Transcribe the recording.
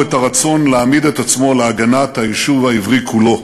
את הרצון להעמיד את עצמו להגנת היישוב העברי כולו.